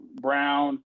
Brown